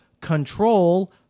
control